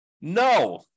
No